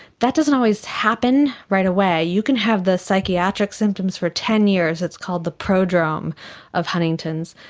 that doesn't always happen right away. you can have the psychiatric symptoms for ten years, it's called the prodrome of huntington's,